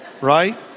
Right